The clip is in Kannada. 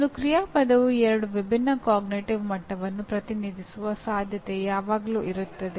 ಒಂದು ಕ್ರಿಯಾಪದವು ಎರಡು ವಿಭಿನ್ನ ಅರಿವಿನ ಮಟ್ಟವನ್ನು ಪ್ರತಿನಿಧಿಸುವ ಸಾಧ್ಯತೆ ಯಾವಾಗಲೂ ಇರುತ್ತದೆ